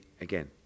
again